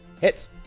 hits